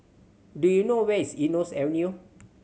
do you know where is Eunos Avenue